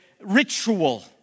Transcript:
ritual